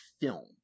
film